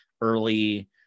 early –